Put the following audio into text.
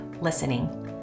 listening